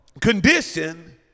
condition